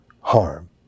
harm